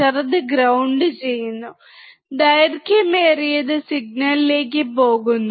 ചെറുത് ഗ്രൌണ്ട് ചെയ്യുന്നു ദൈർഘ്യമേറിയത് സിഗ്നലിലേക്ക് പോകുന്നു